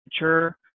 mature